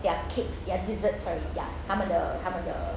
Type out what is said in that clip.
their cakes their desserts sorry ya 他们的他们的